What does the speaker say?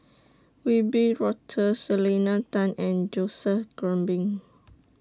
Wiebe Wolters Selena Tan and Joseph Grimberg